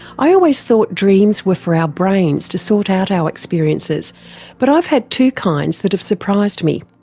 i always thought dreams were for our brains to sort out our experiences but i've had two kinds that have surprised me.